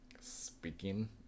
speaking